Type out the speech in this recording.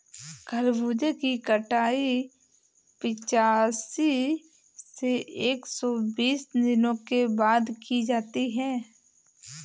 खरबूजे की कटाई पिचासी से एक सो बीस दिनों के बाद की जाती है